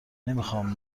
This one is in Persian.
نمیخواهم